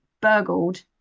burgled